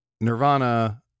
Nirvana